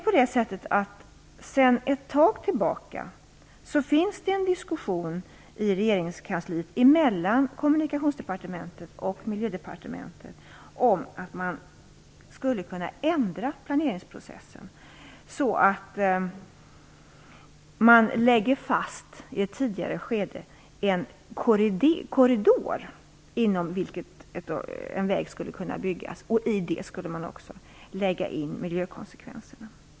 Sedan en tid tillbaka pågår en diskussion i regeringskansliet mellan Kommunikationsdepartementet och Miljödepartementet om att man skulle kunna ändra planeringsprocessen så att man i ett tidigare skede lägger fast en korridor inom vilken en väg skulle kunna byggas, och i det skulle man också lägga in miljökonsekvenserna.